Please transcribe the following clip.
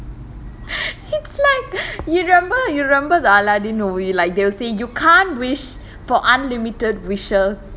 it's like you remember you remember the aladdin movie like they'll say you can't wish for unlimited wishes